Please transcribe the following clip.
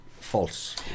false